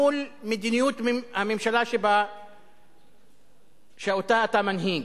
מול מדיניות הממשלה שאותה אתה מנהיג,